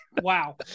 Wow